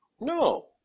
No